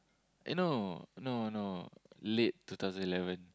eh no no no no late two thousand eleven